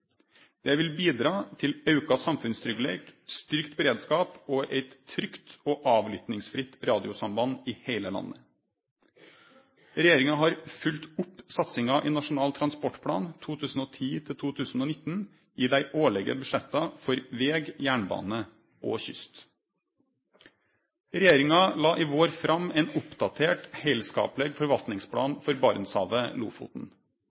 Det vil bidra til auka samfunnstryggleik, styrkt beredskap og eit trygt og avlyttingsfritt radiosamband i heile landet. Regjeringa har følgt opp satsinga i Nasjonal transportplan 2010–2019 i dei årlege budsjetta både for veg, jernbane og kyst. Regjeringa la i vår fram ein oppdatert heilskapleg